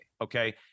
okay